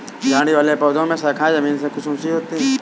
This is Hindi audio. झाड़ी वाले पौधों में शाखाएँ जमीन से कुछ ही ऊँची होती है